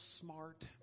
smart